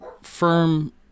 firm